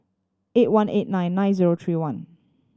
six one eight nine nine zero three one